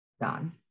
done